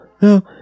No